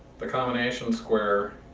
the combination square,